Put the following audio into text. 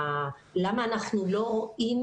ולמה אנחנו לא רואים,